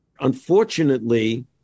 Unfortunately